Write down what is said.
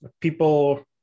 people